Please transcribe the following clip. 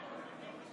להיות לוחמים,